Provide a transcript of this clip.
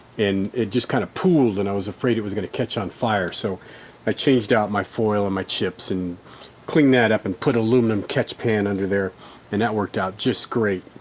and it just kind of pool and i was afraid it was going to catch on fire, so i changed out my foil and my chips and clean that up and put aluminum catch pan under there and that worked out just great.